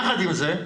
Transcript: יחד עם זה,